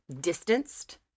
distanced